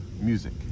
music